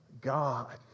God